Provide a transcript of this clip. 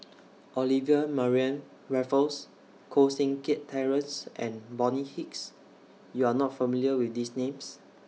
Olivia Mariamne Raffles Koh Seng Kiat Terence and Bonny Hicks YOU Are not familiar with These Names